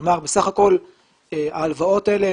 כלומר, בסך הכול ההלוואות האלה